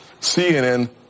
CNN